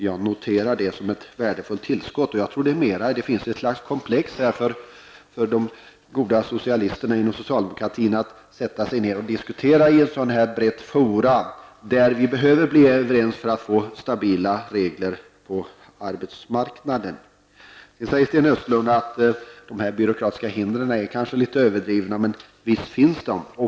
Jag noterar det som ett värdefullt tillskott, men jag tror snarare att det finns ett slags komplex hos de goda socialisterna inom socialdemokratin att sätta sig ner och diskutera i ett brett forum av detta slag där vi behöver bli överens för att få stabila regler på arbetsmarknaden. Sedan säger Sten Östlund att de byråkratiska hindren är betydligt överdrivna. Men visst finns de!